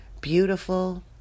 beautiful